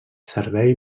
servei